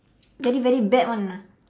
very very bad [one] ah